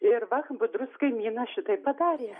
ir va budrus kaimynas šitaip padarė